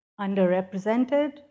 underrepresented